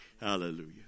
Hallelujah